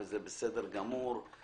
זה בסדר גמור.